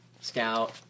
Scout